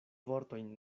vortojn